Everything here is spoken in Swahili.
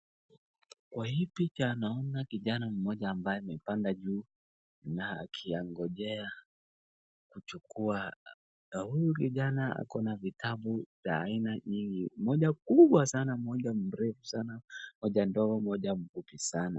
Kwa hii picha naona kijana mmoja ambaye amepanda juu na akiyangojea kuchukua na huyu kijana akona vitabu za aina nyingi Moja kubwa sana ,Moja mrefu sana, Moja ndogo, Moja mfupi sana.